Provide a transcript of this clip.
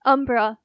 Umbra